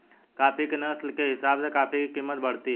coffee की नस्ल के हिसाब से कॉफी की कीमत बढ़ती है